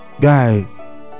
guy